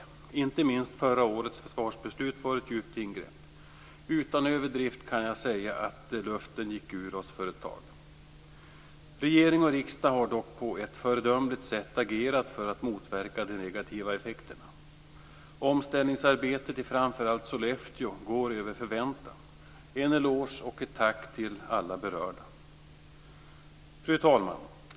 Inte minst innebar förra årets försvarsbeslut ett djupt ingrepp. Jag kan utan överdrift säga att luften gick ur oss för ett tag. Regering och riksdag har dock på ett föredömligt sätt agerat för att motverka de negativa effekterna. Omställningsarbetet i framför allt Sollefteå går över förväntan. Jag vill ge en eloge och ett tack till alla berörda. Fru talman!